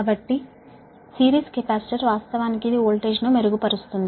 కాబట్టి series capacitor వాస్తవానికి ఇది వోల్టేజ్ ను మెరుగుపరుస్తుంది